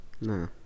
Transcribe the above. No